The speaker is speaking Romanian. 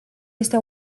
este